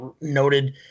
noted